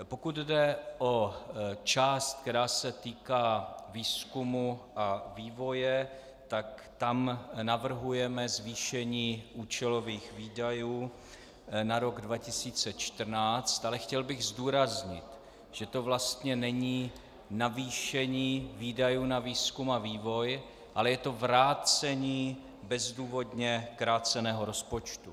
Pokud jde o část, která se týká výzkumu a vývoje, tam navrhujeme zvýšení účelových výdajů na rok 2014, ale chtěl bych zdůraznit, že to vlastně není navýšení výdajů na výzkum a vývoj, ale je to vrácení bezdůvodně kráceného rozpočtu.